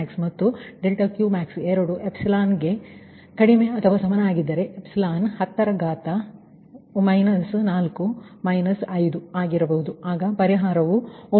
∆Pmax ಮತ್ತು∆Qmax ಎರಡೂ ಎಪ್ಸಿಲಾನ್ಗೆ ಕಡಿಮೆ ಅಥವಾ ಸಮನಾಗಿದ್ದರೆ ಎಪ್ಸಿಲಾನ್ 10 ರ ಘಾತ ಮೈನಸ್ 4 ಮೈನಸ್ 5 ಆಗಿರಬಹುದು ಆಗ ಪರಿಹಾರವು ಒಮ್ಮುಖವಾಗುತ್ತಿದೆ